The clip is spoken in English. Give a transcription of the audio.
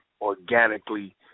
organically